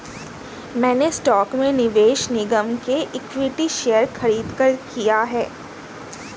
मैंने स्टॉक में निवेश निगम के इक्विटी शेयर खरीदकर किया है